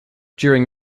during